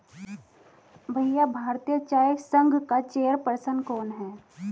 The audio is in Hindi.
भैया भारतीय चाय संघ का चेयर पर्सन कौन है?